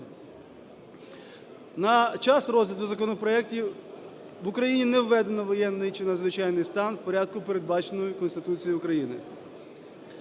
На час розгляду законопроектів в Україні не введено воєнний чи надзвичайний стан в порядку, передбаченого Конституцією України.